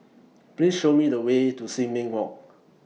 Please Show Me The Way to Sin Ming Walk